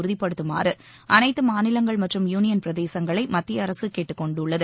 உறுதிப்படுத்துமாறு அனைத்து மாநிலங்கள் மற்றும் யூனியன் பிரதேசங்களை மத்திய அரசு கேட்டுக் கொண்டுள்ளது